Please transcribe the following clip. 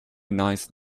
nice